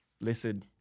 listen